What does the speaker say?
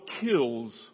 kills